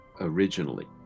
originally